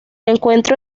encuentro